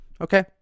Okay